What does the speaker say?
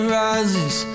rises